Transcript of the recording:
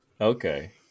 Okay